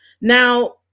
now